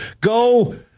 go